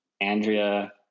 Andrea